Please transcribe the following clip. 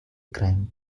crime